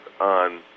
on